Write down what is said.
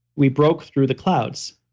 we broke through the clouds.